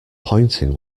pointing